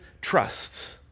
trust